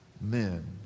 men